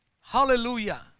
Hallelujah